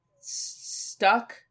stuck